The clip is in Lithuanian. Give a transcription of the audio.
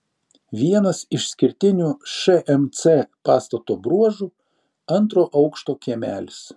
vienas išskirtinių šmc pastato bruožų antro aukšto kiemelis